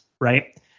Right